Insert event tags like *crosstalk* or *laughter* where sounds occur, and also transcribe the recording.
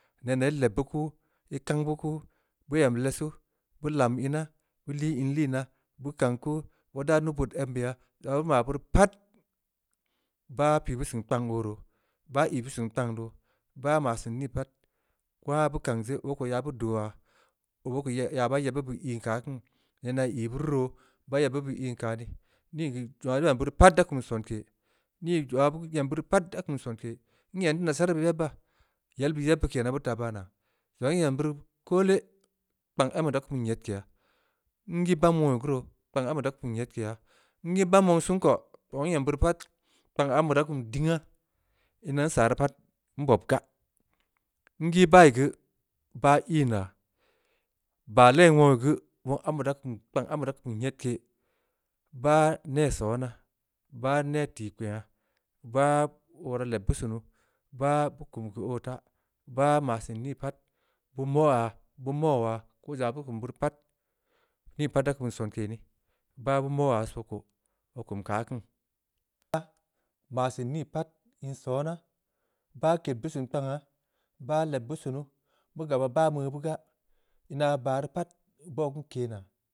Nenaa, ii leb beu kuu, ii kang beu kuu, beu em lessu, beu lam ina. beu lii inliinaa. beu kang kuu, beu daa nuubood egn beya, zong aah beu beuri pat, bah pii beu seun kpang oo roo, bah ii beu seun kpang doo. bah maa seun nii pat, koo haaa beu kang je, ya beu dooh ya. obe ko ya baa yeb beud yin koo, keu aah kiin, nenaa ii nyi beu ru roo, baa yeb beud nyin kani, ni geu *unintelligible* nii zong aah ii em beuri pat da kum sonke- nii zong aah ii em beuri pat da kum sonke, n-em teu nassaraa, beu yebba, yel beu yebba kennan beu teu baa naa. zong aah nyem beuri koole. kpang ambe da kum teu nyedkeya. nyii bahm wong ya gu roo. kpang ambe da kum nyedkeya. nyi bahm wong sen ko, zong aah nyem beuri geu pat kpang ambe da kum dingha. ina nsaa rii geu pat nbob gaa. nyi bah ya geu, bah iin yaa, baa len wongya geu, wong, kpang ambe da kum byedke, bah neh sona, bah neh tikpengha, bah oo raa leb beu sunu, bah beu kum keu oo taa, bah maa seun nii pat, beu moyaa, beu mou yaa, ko zong aah beu kum beu rii pat. Ni pat da kum sonke ni, bah beu moya sokko, oo kum keu aah kiin, bah maa seun nii pat, in sona. baa ked beu seun kpangha, bah leb beu sunu, beu gabya, bah meu beu gaa. ina baa rii pat bauw keun keh naa.